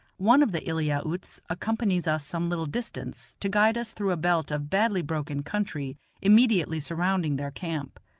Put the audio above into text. one of the eliautes accompanies us some little distance to guide us through a belt of badly broken country immediately surrounding their camp.